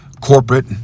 corporate